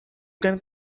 can